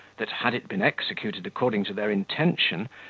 that, had it been executed according to their intention,